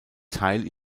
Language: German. teil